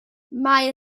mai